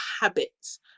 habits